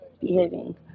behaving